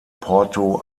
porto